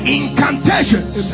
incantations